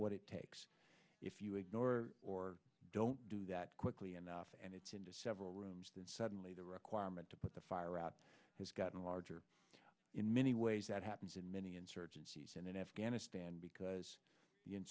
what it takes if you ignore or don't do that quickly enough and it's into several rooms that suddenly the requirement to put the fire out has gotten larger in many ways that happens in many insurgencies and in afghanistan because